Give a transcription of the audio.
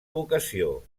vocació